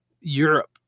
Europe